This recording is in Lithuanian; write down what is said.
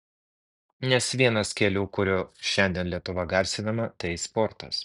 nes vienas kelių kuriuo šiandien lietuva garsinama tai sportas